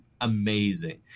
amazing